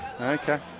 Okay